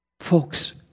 Folks